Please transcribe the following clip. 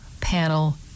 panel